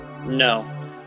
No